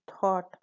thought